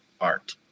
art